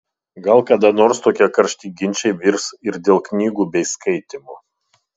gal kada nors tokie karšti ginčai virs ir dėl knygų bei skaitymo